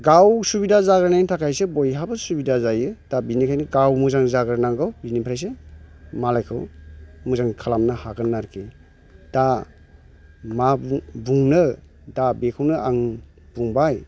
गाव सुबिदा जाग्रोनायनि थाखायसो बयहाबो सुबिदा जायो दा बेनिखायनो गाव मोजां जाग्रोनांगौ बेनिफ्रायसो मालायखौ मोजां खालामनो हागोन आरोखि दा मा बुंनो दा बेखौनो आं बुंबाय